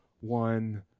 one